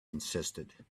insisted